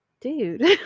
dude